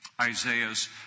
Isaiah's